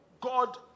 God